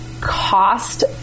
cost